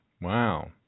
Wow